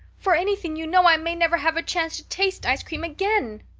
for anything you know i may never have a chance to taste ice cream again.